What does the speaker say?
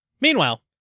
meanwhile